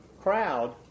crowd